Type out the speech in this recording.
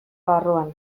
barruan